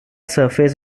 surface